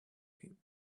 him